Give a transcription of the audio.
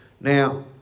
Now